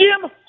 Jim